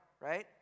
right